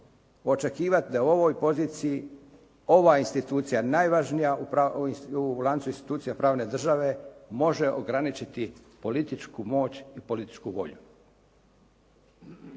očekivati da je u ovoj poziciji ova institucija najvažnija u lancu institucija pravne države, može ograničiti političku moć i političku volju.